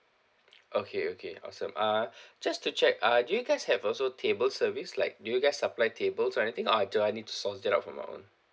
okay okay awesome uh just to check uh do you guys have also table service like do you guys supply tables or anything or do I need to source that out for my own